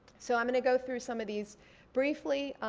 so i'm gonna go through some of these briefly.